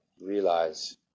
Realize